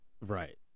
right